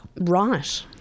Right